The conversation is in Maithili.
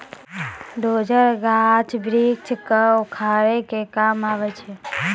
डोजर, गाछ वृक्ष क उखाड़े के काम आवै छै